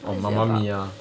or mamma mia